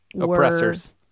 oppressors